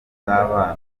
z’abana